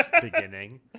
beginning